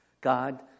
God